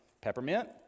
Peppermint